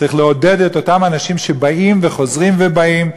צריך לעודד את אותם אנשים שבאים וחוזרים ובאים,